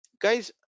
guys